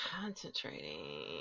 concentrating